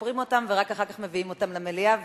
משפרים אותם ורק אחר כך מביאים אותם למליאה,